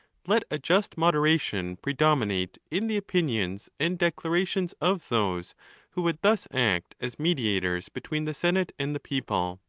let a just moderation predominate in the opinions and declarations of those who would thus act as mediators between the senate and the people.